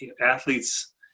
athletes